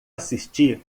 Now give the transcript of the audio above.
assisti